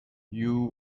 you